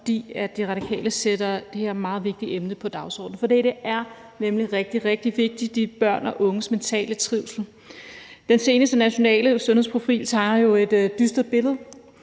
for, at De Radikale sætter det her meget vigtige emne på dagsordenen, for det er nemlig rigtig, rigtig vigtigt med børn og unges mentale trivsel. Den seneste nationale sundhedsprofil tegner jo et dystert billede.